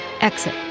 exit